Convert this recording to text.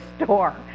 store